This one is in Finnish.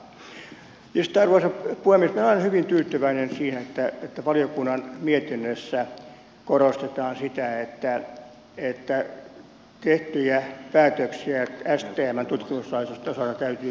sitten arvoisa puhemies minä olen hyvin tyytyväinen siihen että valiokunnan mietinnössä korostetaan sitä että tehtyjä päätöksiä stmn tutkimuslaitosten osalta täytyy vielä tarkistaa